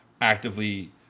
actively